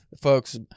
folks